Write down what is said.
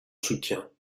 soutien